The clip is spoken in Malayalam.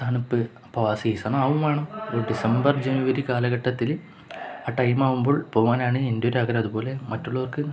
തണുപ്പ് അപ്പോള് ആ സീസണാവുകയും വേണം ഡിസംബർ ജനുവരി കാലഘട്ടത്തില് ആ ടൈം ആവുമ്പോൾ പോവാനാണ് എൻ്റെ ഒരാഗ്രഹം അതുപോലെ മറ്റുള്ളവർക്ക്